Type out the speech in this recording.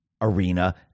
arena